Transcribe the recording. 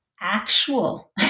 actual